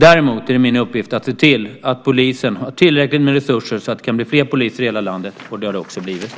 Däremot är det min uppgift att se till att polisen har tillräckligt med resurser så att det kan bli fler poliser i hela landet, och det har det också blivit.